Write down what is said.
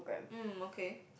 mm okay